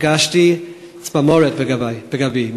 הרגשתי צמרמורת בגבי.